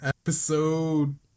episode